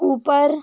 ऊपर